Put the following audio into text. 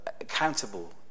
accountable